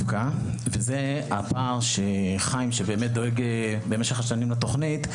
וזה הפער שחיים שבאמת דואג במשך השנים לתוכנית,